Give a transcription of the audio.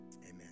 Amen